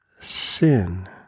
sin